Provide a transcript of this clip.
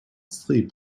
sleep